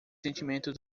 sentimentos